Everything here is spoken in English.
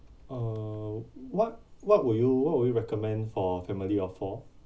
uh what what would you what would you recommend for family of four